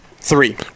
Three